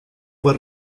fue